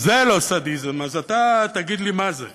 אם זה לא סדיזם אז אתה תגיד לי מה זה.